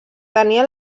tenia